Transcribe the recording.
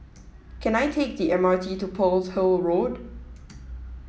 can I take the MRT to Pearl's Hill Road